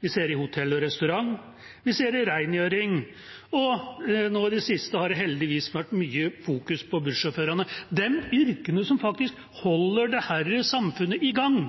vi ser det i hotell- og restaurantbransjen, vi ser det i rengjøringsbransjen, og nå i det siste har det heldigvis vært fokusert mye på bussjåførene. De yrkene som holder dette samfunnet i gang,